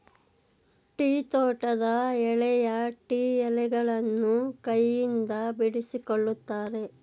tea ತೋಟದ ಎಳೆಯ tea ಎಲೆಗಳನ್ನು ಕೈಯಿಂದ ಬಿಡಿಸಿಕೊಳ್ಳುತ್ತಾರೆ